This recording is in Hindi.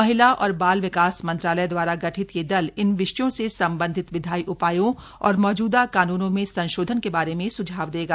महिला और बाल विकास मंत्रालय द्वारा गठित यह दल इन विषयों से संबंधित विधायी उपायों और मौजूदा कानूनों में संशोधन के बारे में सुझाव देगा